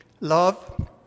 Love